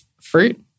fruit